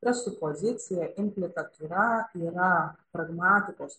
presupozicija implikatūra tai yra pragmatikos